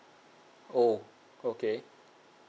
oh okay